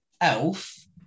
Elf